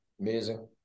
Amazing